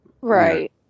Right